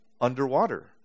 underwater